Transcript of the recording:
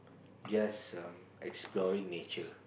just um exploring nature